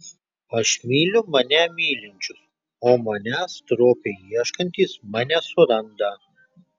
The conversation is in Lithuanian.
aš myliu mane mylinčius o manęs stropiai ieškantys mane suranda